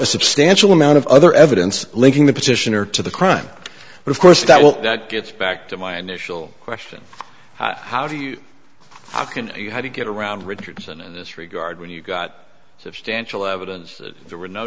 a substantial amount of other evidence linking the petitioner to the crime but of course that will that gets back to my initial question how do you how can you how to get around richardson this regard when you've got substantial evidence that there were no